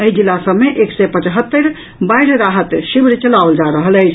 एहि जिला सभ में एक सय पचहत्तरि बाढ़ि राहत शिविल चलाओल जा रही अछि